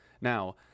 now